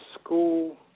school